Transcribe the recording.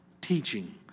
Teaching